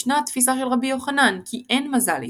ישנה התפיסה של רבי יוחנן כי "אין מזל לישראל",